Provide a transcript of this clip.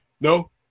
no